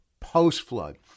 post-flood